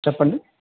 చెప్పండి